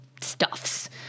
stuffs